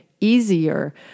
easier